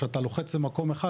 כשאתה לוחץ במקום אחד,